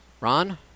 Ron